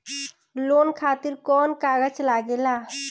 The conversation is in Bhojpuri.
लोन खातिर कौन कागज लागेला?